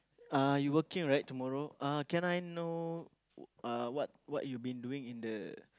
uh you working right tomorrow uh can I know uh what you what you've been doing in the